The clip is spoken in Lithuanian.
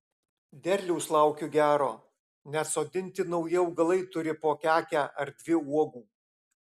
derliaus laukiu gero net sodinti nauji augalai turi po kekę ar dvi uogų